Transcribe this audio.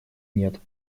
нет